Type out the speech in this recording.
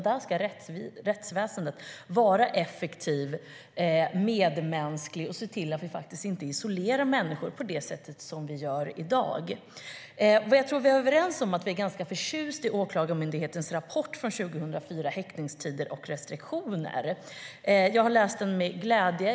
Där ska rättsväsendet vara effektivt och medmänskligt och se till att vi inte isolerar människor på det sätt som vi gör i dag. Jag tror att vi är överens om att vi är ganska förtjusta i Åklagarmyndighetens rapport Häktningstider och restriktioner från 2014. Jag har läst den med glädje.